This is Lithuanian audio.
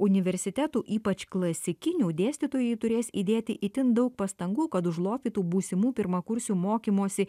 universitetų ypač klasikinių dėstytojai turės įdėti itin daug pastangų kad užlopytų būsimų pirmakursių mokymosi